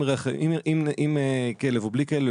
עם כלב או בלי כלב,